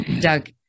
Doug